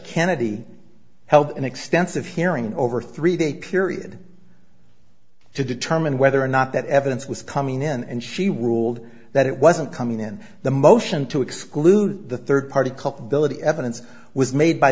kennedy held an extensive hearing over three day period to determine whether or not that evidence was coming in and she were ruled that it wasn't coming in the motion to exclude the third party culpability evidence was made by